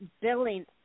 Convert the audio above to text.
billing